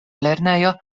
lernejo